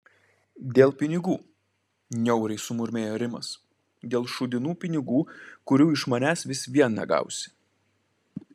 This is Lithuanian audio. dėl pinigų niauriai sumurmėjo rimas dėl šūdinų pinigų kurių iš manęs vis vien negausi